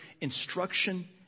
instruction